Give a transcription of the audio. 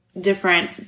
different